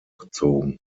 gezogen